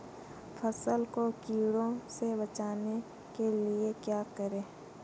फसल को कीड़ों से बचाने के लिए क्या करें?